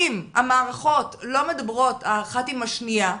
אם המערכות לא מדברות האחת עם השנייה,